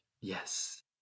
Yes